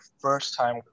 first-time